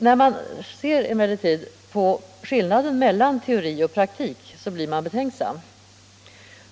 När man ser på skillnaden mellan teori och praktik blir man emellertid betänksam.